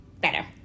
better